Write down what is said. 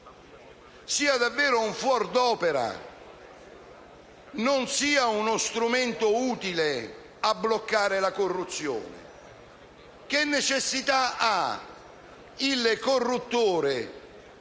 sia davvero un fuor d'opera e non sia uno strumento utile a bloccare la corruzione. Che necessità ha il corruttore